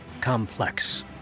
complex